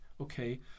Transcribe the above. okay